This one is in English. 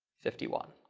fifty one.